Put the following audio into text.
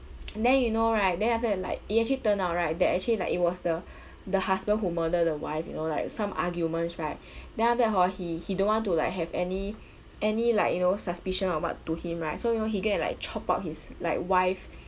then you know right then after that like it actually turned out right that actually like it was the the husband who murder the wife you know like some arguments right then after that hor he he don't want to like have any any like you know suspicion or what to him right so you know he go and like chop up his like wife